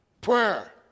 Prayer